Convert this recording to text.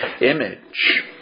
image